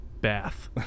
bath